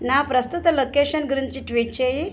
నా ప్రస్తుత లొకేషన్ గురించి ట్వీట్ చేయి